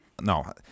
no